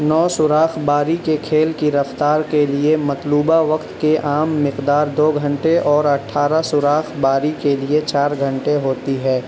نو سوراخ باری کے کھیل کی رفتار کے لیے مطلوبہ وقت کی عام مقدار دو گھنٹے اور اٹھارہ سوراخ باری کے لیے چار گھنٹے ہوتی ہے